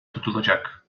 tutulacak